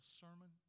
sermon